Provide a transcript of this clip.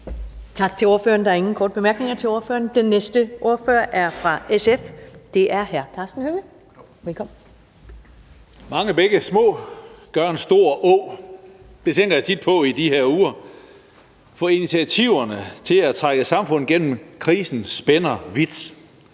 Mange bække små gør en stor å. Det tænker jeg tit på i de her uger, for initiativerne til at trække samfundet gennem krisen spænder vidt